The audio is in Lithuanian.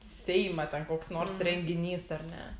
seimą ten koks nors renginys ar ne